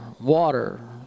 water